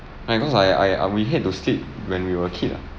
I cause I I we hate to sleep when we were a kid ah